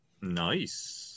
Nice